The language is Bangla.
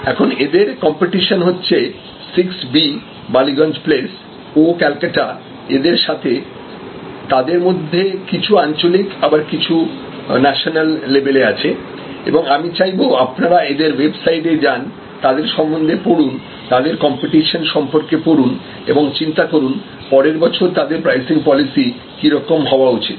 এখন এদের কম্পিটিসন হচ্ছে 6 B বালিগঞ্জ প্লেস ও ক্যালকাটা এদের সাথে তাদের মধ্যে কিছু আঞ্চলিক আবার কিছু ন্যাশনাল লেভেলে আছে এবং আমি চাইবো আপনারা ওদের ওয়েবসাইটে যান তাদের সম্বন্ধে পড়ুন তাদের কম্পিটিশন সম্পর্কে পড়ুন এবং চিন্তা করুন পরের বছর তাদের প্রাইসিং পলিসি কি রকম হওয়া উচিত